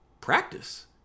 Practice